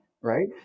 right